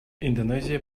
индонезия